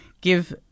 Give